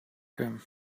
him